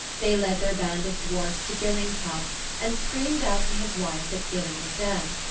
they led their band of dwarfs to gilling's house and screamed out to his wife that gilling was dead.